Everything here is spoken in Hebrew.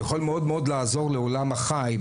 יכול מאוד מאוד לעזור לעולם החי,